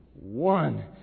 One